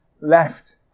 left